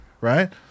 right